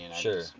Sure